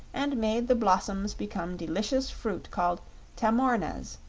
and made the blossoms become delicious fruit called tamornas,